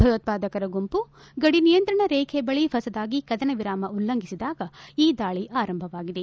ಭಯೋತ್ಪಾದಕರ ಗುಂಪು ಗಡಿ ನಿಯಂತ್ರಣ ರೇಖೆ ಬಳಿ ಹೊಸದಾಗಿ ಕದನ ವಿರಾಮ ಉಲ್ಲಂಘಿಸಿದಾಗ ಈ ದಾಳ ಆರಂಭವಾಗಿದೆ